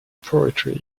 poetry